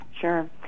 Sure